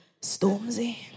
Stormzy